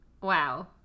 Wow